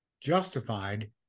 justified